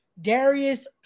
Darius